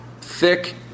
thick